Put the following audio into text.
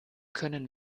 können